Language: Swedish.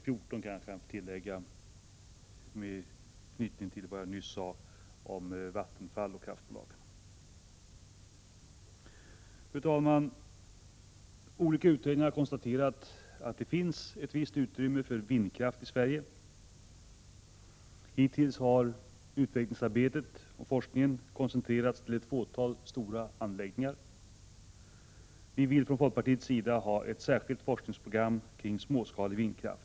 Fru talman! Olika utredningar har konstaterat att det finns ett visst utrymme för vindkraft i Sverige. Hittills har utvecklingsarbetet och forskningen koncentrerats till ett fåtal stora anläggningar. Vi vill från folkpartiets sida ha ett särskilt forskningsprogram kring småskalig vindkraft.